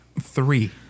Three